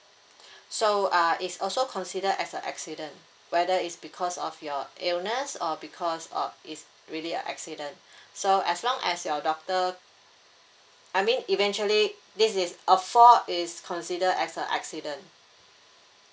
so uh is also considered as a accident whether is because of your illness or because of is really a accident so as long as your doctor I mean eventually this is a fall is consider as a accident